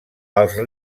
els